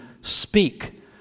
speak